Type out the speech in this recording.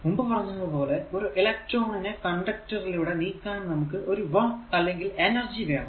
മുമ്പ് പറഞ്ഞത് പോലെ ഒരു ഇലക്ട്രോൺ നെ കണ്ടക്ടർ ലൂടെ നീക്കാൻ നമുക്ക് ഒരു വർക്ക് അല്ലെങ്കിൽ എനർജി വേണം